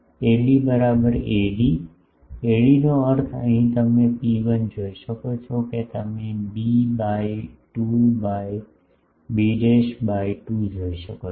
એબી બરાબર AD AD નો અર્થ અહીંથી તમે ρ1 જોઈ શકો છો કે તમે B by 2 by b by 2 જોઈ શકો છો